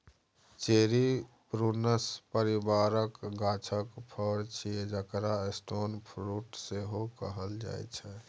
cherry prunus परिबारक गाछक फर छियै जकरा स्टोन फ्रुट सेहो कहल जाइ छै